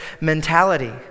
mentality